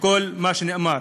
לכל מה שנאמר.